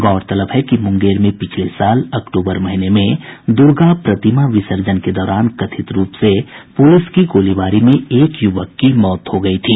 गौरतलब है कि मुंगेर में पिछले साल अक्टूबर महीने में दुर्गा प्रतिमा विसर्जन के दौरान कथित रूप से पुलिस की गोलीबारी में एक युवक की मौत हो गयी थी